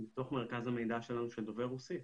מתוך מרכז המידע שלנו שדובר רוסית,